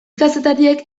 kazetariek